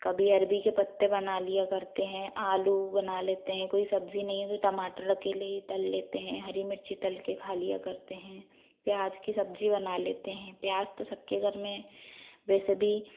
कभी अरबी के पत्ते बना लिया करते हैं आलू बना लेते हैं कोई सब्ज़ी नहीं है तो टमाटर अकेले ही तल लेते हैं हरी मिर्ची तल के खा लिया करते हैं प्याज की सब्ज़ी बना लेते हैं प्याज तो सबके घर में वैसे भी